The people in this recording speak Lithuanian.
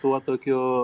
tuo tokiu